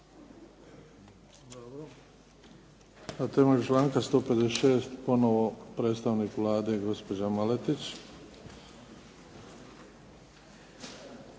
Na temelj članka 156. ponovno predstavnik Vlade gospođa Maletić